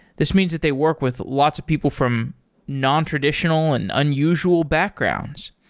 this means that they work with lots of people from nontraditional and unusual backgrounds.